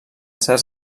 certs